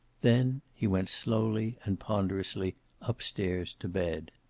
then he went slowly and ponderously up-stairs to bed.